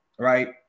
Right